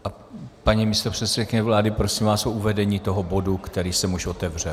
A paní místopředsedkyně vlády, prosím vás o uvedení toho bodu, který jsem už otevřel.